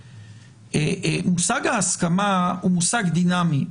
מושג ההסכמה הוא מושג דינמי,